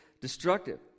destructive